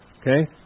Okay